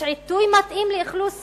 יש עיתוי מתאים לאכלוס